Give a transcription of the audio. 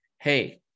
Hey